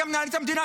אתה מנהל את המדינה,